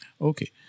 Okay